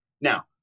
Now